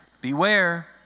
beware